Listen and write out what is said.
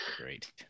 Great